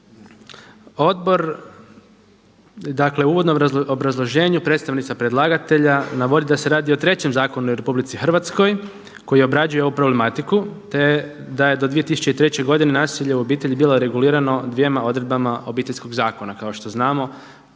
Odbor, dakle u uvodnom obrazloženju predstavnica predlagatelja navodi da se radi o trećem zakonu u RH koji obrađuje ovu problematiku te da je do 2003. godine nasilje u obitelji bilo regulirano dvjema odredbama Obiteljskog zakona. Kao što znamo